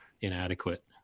inadequate